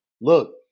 Look